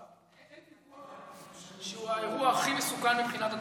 אין ויכוח שהוא האירוע הכי מסוכן מבחינת הדבקה.